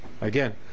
Again